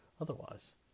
otherwise